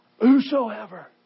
whosoever